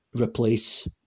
replace